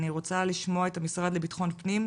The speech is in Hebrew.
אני רוצה לשמוע את המשרד לביטחון פנים.